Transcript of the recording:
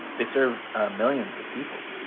they serve millions of people.